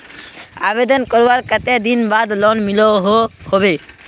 आवेदन करवार कते दिन बाद लोन मिलोहो होबे?